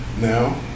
now